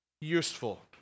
useful